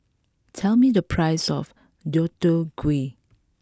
tell me the price of Deodeok Gui